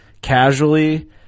casually